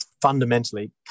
fundamentally